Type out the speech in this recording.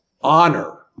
honor